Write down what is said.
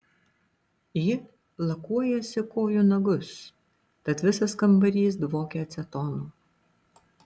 ji lakuojasi kojų nagus tad visas kambarys dvokia acetonu